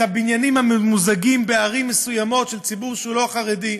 הבניינים הממוזגים בערים מסוימות של ציבור שהוא לא חרדי,